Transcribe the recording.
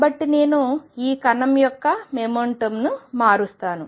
కాబట్టి నేను ఈ కణం యొక్క మొమెంటంను మారుస్తాను